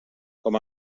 com